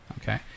Okay